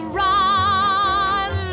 run